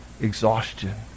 exhaustion